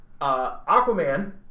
Aquaman